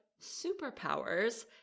superpowers